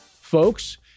folks